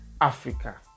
Africa